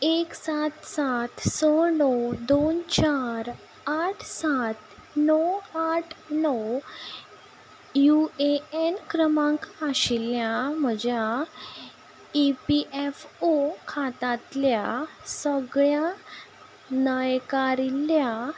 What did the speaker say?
एक सात सात स णव दोन चार आठ सात णव आठ णव यु ए एन क्रमांक आशिल्ल्या म्हज्या ई पी एफ ओ खातांतल्या सगळ्या नायकारिल्ल्या